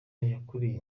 yakuriye